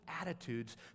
attitudes